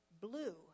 blue